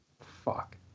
Fuck